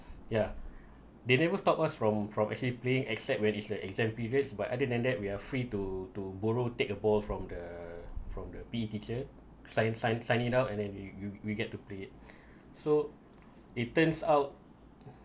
ya they never stop us from from actually playing except when is the exam periods but other than that we are free to to borrow take a ball from the from the be teacher sign sign sign it out and then we we get to play it so it turns out